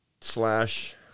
slash –